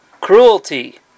cruelty